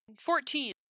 Fourteen